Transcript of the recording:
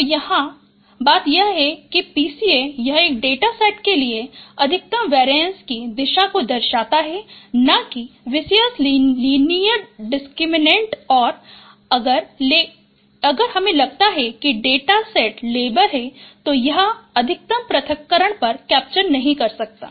तो यहाँ बात यह है कि PCA यह डेटा सेट के लिए अधिकतम variance की दिशा को दर्शाता है न कि विसियस लीनियर डिसक्रिमिनेट और लेकिन अगर हमें लगता है कि डेटासेट लेबल है तो यह अधिकतम पृथक्करण पर कैप्चर नहीं कर सकता है